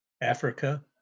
Africa